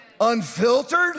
unfiltered